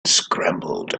scrambled